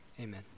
Amen